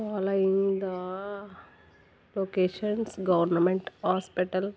following the locations government hospital